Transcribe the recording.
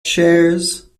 shares